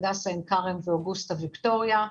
הדסה אין כרם ואוגוסטה ויקטוריה,